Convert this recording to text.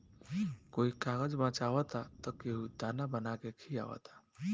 कोई कागज बचावता त केहू दाना बना के खिआवता